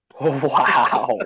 Wow